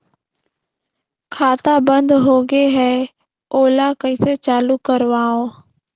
खाता बन्द होगे है ओला कइसे चालू करवाओ?